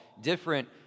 different